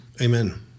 Amen